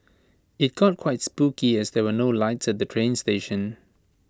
IT got quite spooky as there were no lights at the train station